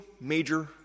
major